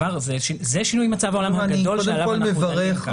זה שינוי מצב עולם הגדול שעליו אנחנו דנים כאן.